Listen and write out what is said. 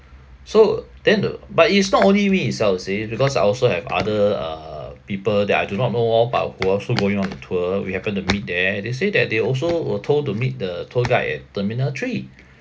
so then the but it is not only me itself you see because I also have other uh people that I do not know all but who also going on the tour we happened to meet there they say that they also were told to meet the tour guide at terminal three